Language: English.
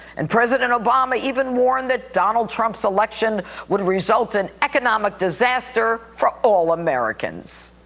and president obama even warned that donald trump's election would result in economic disaster for all americans.